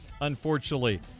unfortunately